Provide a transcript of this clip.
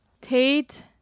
tate